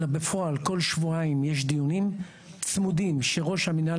אלא בפועל כל שבועיים יש דיונים צמודים שראש המינהל